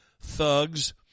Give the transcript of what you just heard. thugs